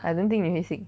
I don't think 你会 sick